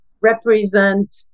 represent